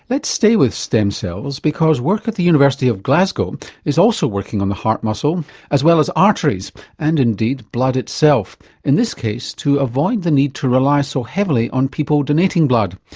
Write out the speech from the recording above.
let's stay with stem cells because work at the university of glasgow is also working on the heart muscle as well as arteries and indeed blood itself in this case to avoid the need to rely so heavily on people donating blood.